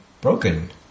broken